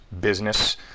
business